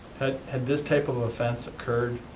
had had this type of offense occurred